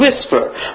whisper